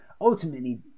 ultimately